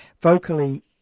vocally